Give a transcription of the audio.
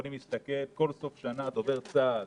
כל סוף שנה דובר צה"ל